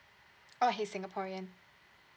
oh he's singaporean